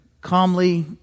calmly